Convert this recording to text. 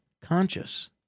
conscious